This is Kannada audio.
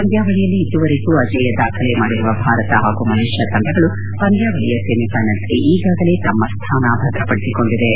ಪಂದ್ಯಾವಳಿಯಲ್ಲಿ ಇದುವರೆಗೂ ಅಜೇಯ ದಾಖಲೆ ಮಾಡಿರುವ ಭಾರತ ಹಾಗೂ ಮಲೇಷ್ಯಾ ತಂಡಗಳು ಪಂದ್ಯಾವಳಿಯ ಸೆಮಿಫೈನಲ್ಸ್ ಗೆ ಈಗಾಗಲೇ ತಮ್ಮ ಸ್ಟಾನ ಭದ್ರಪಡಿಸಿಕೊಂಡಿವೆ